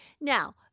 Now